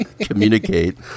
communicate